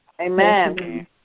Amen